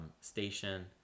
Station